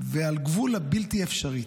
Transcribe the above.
ועל גבול הבלתי אפשרית.